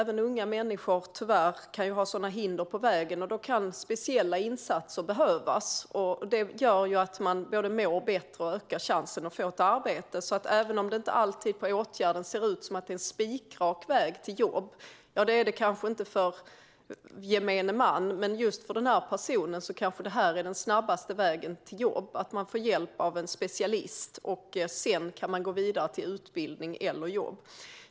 Även unga människor kan tyvärr ha sådana hinder på vägen. Då kan speciella insatser behövas som gör att man både mår bättre och ökar sina chanser att få ett arbete. Även om åtgärden inte ser ut som en spikrak väg till jobb är kanske den snabbaste vägen till jobb för en sådan här person att få hjälp av en specialist. Sedan kan man gå vidare till utbildning eller jobb.